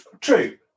True